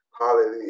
Hallelujah